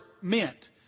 meant